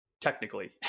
Technically